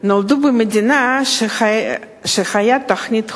נולדנו במדינה שבה היתה תוכנית חומש,